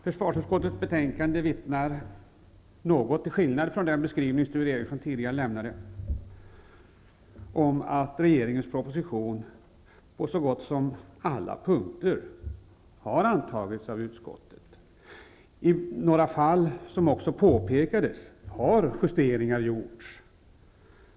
Försvarsutskottets betänkande vittnar, till skillnad från den beskrivning Sture Ericson tidigare lämnade, om att regeringens proposition på så gott som alla punkter har antagits av utskottet. I några fall, som också påpekades, har justeringar gjorts.